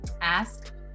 ask